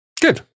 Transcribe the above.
Good